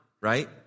right